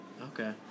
Okay